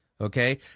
okay